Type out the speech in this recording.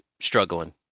struggling